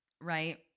Right